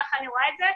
כך אני רואה את זה.